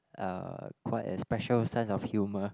uh quite a special sense of humour